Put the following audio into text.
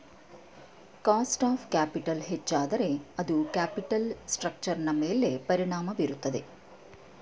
cost of capital ಹೆಚ್ಚಾದರೆ ಅದು capital ಸ್ಟ್ರಕ್ಚರ್ನ ಮೇಲೆ ಪರಿಣಾಮ ಬೀರುತ್ತದೆ